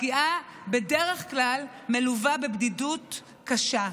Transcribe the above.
הפגיעה בדרך כלל מלווה בבדידות קשה,